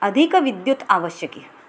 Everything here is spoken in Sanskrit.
अधिकविद्युत् आवश्यकी